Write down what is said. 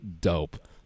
dope